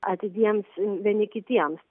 atidiems vieni kitiems